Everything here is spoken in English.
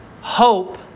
Hope